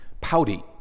pouty